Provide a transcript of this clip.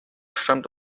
stammt